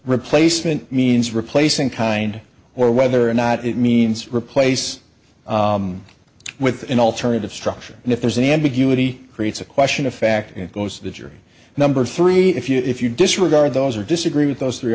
replacement means replacing kind or whether or not it means replace with an alternative structure and if there's an ambiguity creates a question of fact it goes to the jury number three if you if you disregard those or disagree with those three